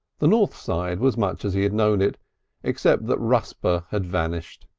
the north side was much as he had known it except that rusper had vanished.